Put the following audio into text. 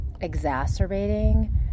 exacerbating